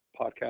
podcast